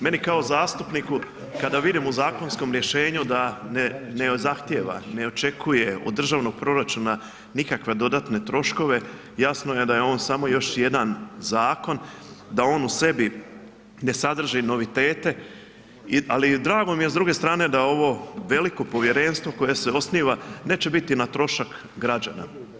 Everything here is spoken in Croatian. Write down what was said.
Meni kao zastupniku kada vidim u zakonskom rješenju da ne zahtijeva, ne očekuje od državnog proračuna nikakva dodatne troškove, jasno je da je on samo još jedan zakon, da on u sebi ne sadrži novitete, ali drago mi je s druge strane da ovo veliko povjerenstvo koje se osniva neće biti na trošak građana.